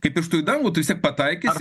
kaip pirštu į dangų tu vis tiek pataikysi